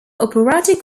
operatic